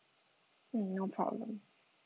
mm no problem